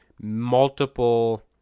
multiple